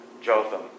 Jotham